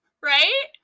right